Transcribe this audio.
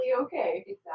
okay